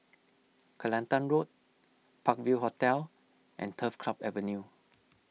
Kelantan Road Park View Hotel and Turf Club Avenue